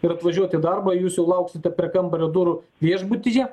ir atvažiuoti į darbą jūs sulauksite prie kambario durų viešbutyje